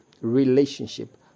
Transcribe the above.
Relationship